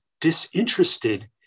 disinterested